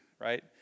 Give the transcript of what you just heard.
right